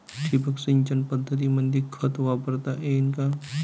ठिबक सिंचन पद्धतीमंदी खत वापरता येईन का?